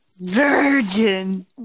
Virgin